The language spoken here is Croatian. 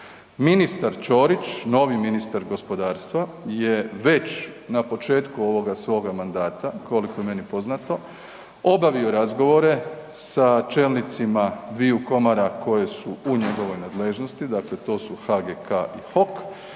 Ministar Ćorić, novi ministar gospodarstva je već na početku ovoga svoga mandata, koliko je meni poznato, obavio razgovore sa čelnicima dviju komora koje su u njegovoj nadležnosti, dakle, to su HGK i HOK